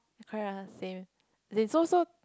oh ya same as in so so